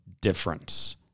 difference